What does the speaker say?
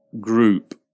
group